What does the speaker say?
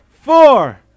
four